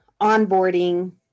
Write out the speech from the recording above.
onboarding